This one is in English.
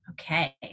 Okay